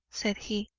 said he,